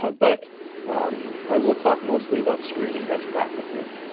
ah but i will talk mostly about screening best practices.